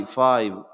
five